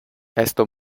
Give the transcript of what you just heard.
esto